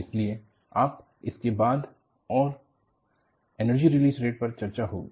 इसलिए आप इसके बाद और एनर्जी रिलीज रेट पर चर्चा होगी